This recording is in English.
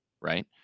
right